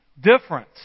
difference